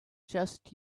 just